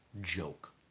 joke